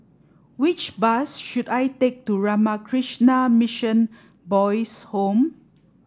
which bus should I take to Ramakrishna Mission Boys' Home